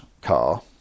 car